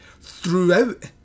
Throughout